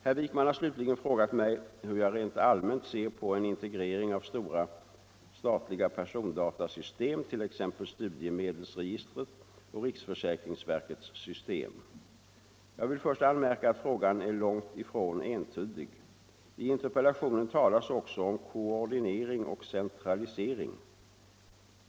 Herr Wijkman har slutligen frågat mig hur jag rent allmänt ser på en integrering av stora statliga persondatasystem, t.ex. studiemedelsregistret och riksförsäkringsverkets system. Jag vill först anmärka att frågan är långt ifrån entydig. I interpellationen talas också om koordinering och centralisering.